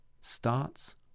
starts